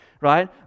right